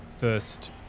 first